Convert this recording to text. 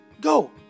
go